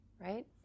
right